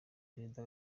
perezida